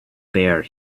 bear